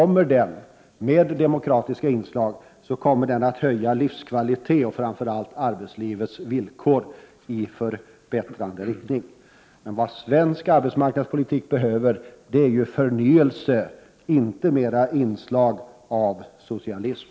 Med demokratiska inslag kommer den att höja livskvaliteten och framför allt förbättra arbetslivets villkor. Vad svensk arbetsmarknadspolitik behöver är förnyelse, inte mera inslag av socialism.